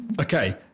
Okay